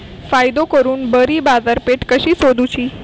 फायदो करून बरी बाजारपेठ कशी सोदुची?